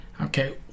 okay